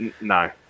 no